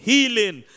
Healing